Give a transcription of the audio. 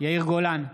יאיר גולן,